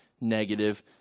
negative